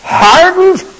hardened